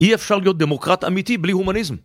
אי אפשר להיות דמוקרט אמיתי בלי הומניזם